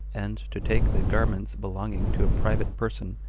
and to take the garments belonging to a private person,